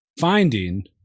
finding